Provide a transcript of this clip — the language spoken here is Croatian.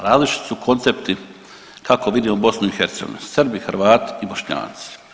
Različiti su koncepti kako vidimo BiH Srbi, Hrvati i Bošnjaci.